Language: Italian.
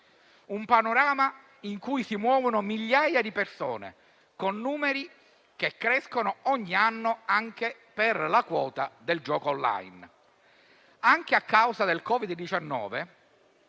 Un panorama in cui si muovono migliaia di persone con numeri che crescono ogni anno anche per la quota del gioco *online*. Anche a causa del Covid-19,